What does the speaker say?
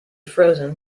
frozen